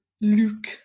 Luke